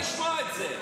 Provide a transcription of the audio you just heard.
לא רוצה לשמוע את זה.